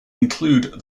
include